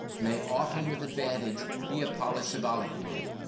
may often with advantage be a polysyllabic word.